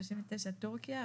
(39) תורכיה,